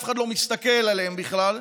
אף אחד לא מסתכל עליהם בכלל.